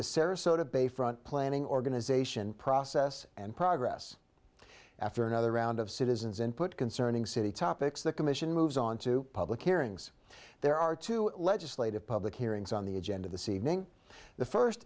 the sarasota bayfront planning organization process and progress after another round of citizens input concerning city topics the commission moves on to public hearings there are two legislative public hearings on the agenda the seedling the first